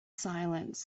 silence